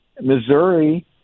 Missouri